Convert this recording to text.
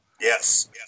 Yes